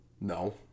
No